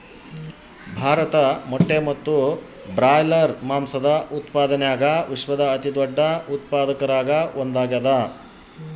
ಭಾರತ ಮೊಟ್ಟೆ ಮತ್ತು ಬ್ರಾಯ್ಲರ್ ಮಾಂಸದ ಉತ್ಪಾದನ್ಯಾಗ ವಿಶ್ವದ ಅತಿದೊಡ್ಡ ಉತ್ಪಾದಕರಾಗ ಒಂದಾಗ್ಯಾದ